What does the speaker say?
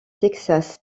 texas